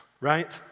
right